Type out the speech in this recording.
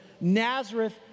Nazareth